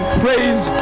praise